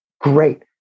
great